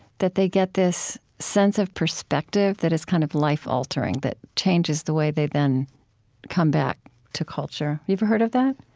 that they get this sense of perspective that is kind of life-altering, that changes the way they then come back to culture. have you ever heard of that?